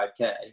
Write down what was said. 5K